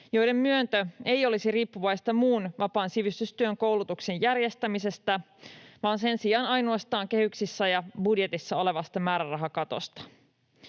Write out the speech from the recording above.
joiden myöntö ei olisi riippuvaista muun vapaan sivistystyön koulutuksen järjestämisestä vaan sen sijaan ainoastaan kehyksissä ja budjetissa olevasta määrärahakatosta.